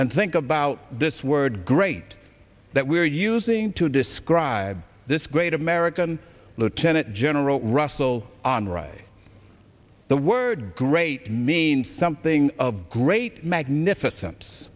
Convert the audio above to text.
and think about this word great that we're using to describe this great american lieutenant general russel honore on the word great means something of great magnificen